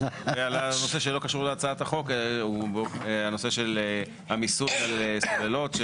הנושא שלא קשור להצעת החוק הוא הנושא של המיסוי על סוללות,